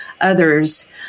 others